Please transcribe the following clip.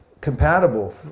compatible